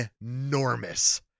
enormous